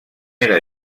era